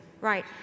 Right